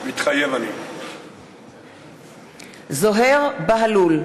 מתחייב אני זוהיר בהלול,